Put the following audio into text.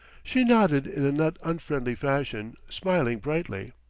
she nodded in a not unfriendly fashion, smiling brightly.